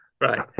Right